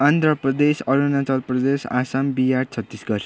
Andhra Pradesh Arunachal Pradesh Assam Bihar Chhattisgarh